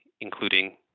including